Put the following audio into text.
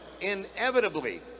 inevitably